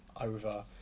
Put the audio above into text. over